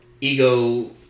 Ego